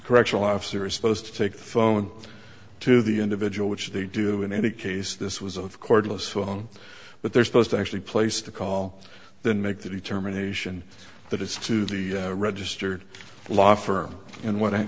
correctional officer is supposed to take the phone to the individual which they do in any case this was of cordless phone but they're supposed to actually place to call than make the determination that it's to the registered law firm and what i